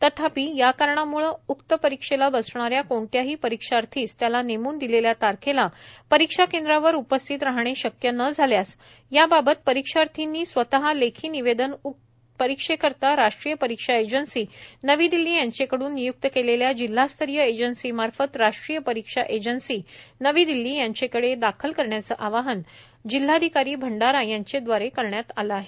तथापि प्रपरिस्थितीचे कारणामुळे उक्त परिक्षेला बसणाऱ्या कोणत्याही परिक्षार्थीस त्याला नेम्न दिलेल्या तारखेला परीक्षा केंद्रावर उपस्थित राहणे शक्य न झाल्यास याबाबत परिक्षार्थी यांनी स्वत लेखी निवेदन उक्त परिक्षेकरीता राष्ट्रीय परीक्षा एजन्सी नवी दिल्ली यांचेकडून नियुक्त केलेल्या जिल्हास्तरीय एजन्सी मार्फत राष्ट्रीय परीक्षा एजन्सी नवी दिल्ली यांचेकडे दाखल करण्याचं आवाहन जिल्हाधिकारी भंडारा यांचेदवारे करण्यात आले आहे